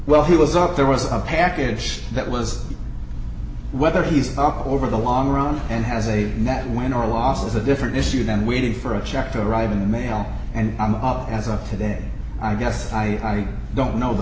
well he was up there was a package that was whether he's over the long run and has a net win or loss is a different issue than waiting for a check to arrive in the mail and i'm off as a today i guess i don't know the